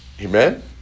Amen